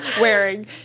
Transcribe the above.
wearing